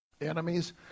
enemies